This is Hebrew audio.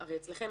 הרי אצלכם,